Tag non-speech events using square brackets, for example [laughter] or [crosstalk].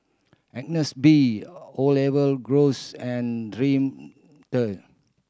Agnes B Olive Groves and Dream [unintelligible]